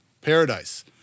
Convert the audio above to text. paradise